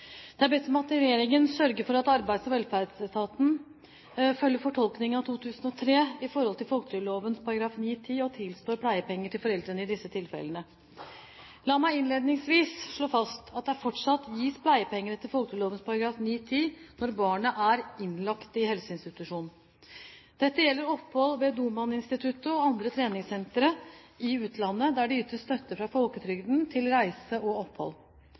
Det er bedt om at regjeringen sørger for at Arbeids- og velferdsetaten følger fortolkningen av 2003 i forhold til folketrygdloven § 9-10, og tilstår pleiepenger til foreldrene i disse tilfellene. La meg innledningsvis slå fast at det fortsatt gis pleiepenger etter folketrygdloven § 9-10 når barnet er innlagt i helseinstitusjon. Dette gjelder opphold ved Doman-instituttet og andre treningssentre i utlandet, der det ytes støtte fra folketrygden til reise og opphold.